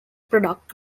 product